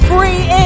free